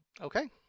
Okay